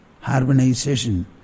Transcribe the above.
harmonization